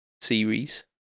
series